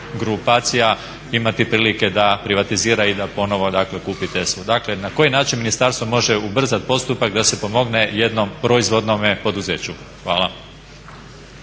grupacija imati prilike da privatizira i da ponovo kupi TESU? Dakle na koji način ministarstvo može ubrzati postupak da se pomogne jednom proizvodnome poduzeću? Hvala.